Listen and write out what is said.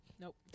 nope